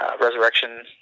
Resurrection